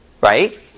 right